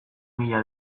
mila